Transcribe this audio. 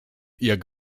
jak